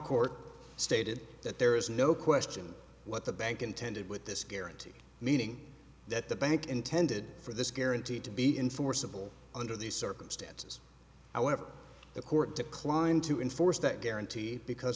court stated that there is no question what the bank intended with this guarantee meaning that the bank intended for this guarantee to be enforceable under these circumstances i want the court declined to enforce that guarantee because